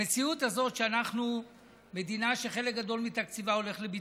המציאות הזאת שאנחנו מדינה שחלק גדול מתקציבה הולך לביטחון,